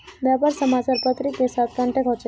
व्यापार समाचार पत्र के साथ कनेक्ट होचे?